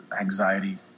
anxiety